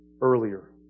earlier